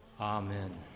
Amen